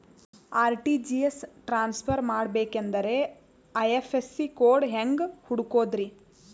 RTGS transfer ಮಾಡಬೇಕೆಂದರೆ IFSC code ಹೆಂಗ್ ಹುಡುಕೋದ್ರಿ?